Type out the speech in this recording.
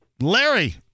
Larry